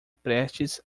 prestes